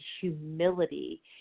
humility